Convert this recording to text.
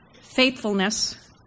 faithfulness